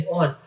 on